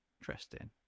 Interesting